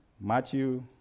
Matthew